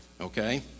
Okay